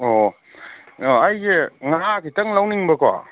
ꯑꯣ ꯑꯩꯁꯦ ꯉꯥ ꯈꯤꯇꯪ ꯂꯧꯅꯤꯡꯕꯀꯣ